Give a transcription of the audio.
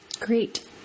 Great